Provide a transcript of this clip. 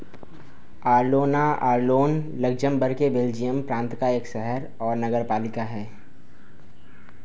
Luxembourg के Belgian प्रांत का एक शहर और नगरपालिका है